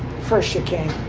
first chicane.